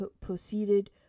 proceeded